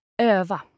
Öva